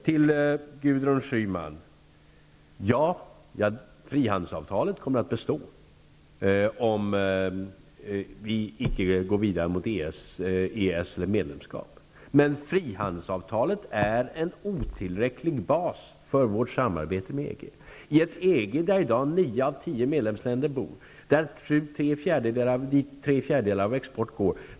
Ja, Gudrun Schyman, frihandelsavtalet kommer att bestå om vi icke vill gå vidare mot ett medlemskap. Men frihandelsavtalet är en otillräcklig bas för vårt samarbete med EG, i vars medlemsländer nio av tio västeuropéer bor och dit tre fjärdedelar av exporten går.